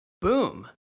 Boom